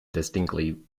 distinctly